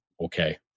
okay